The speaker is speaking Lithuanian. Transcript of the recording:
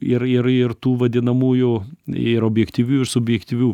ir ir ir tų vadinamųjų ir objektyvių ir subjektyvių